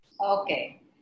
Okay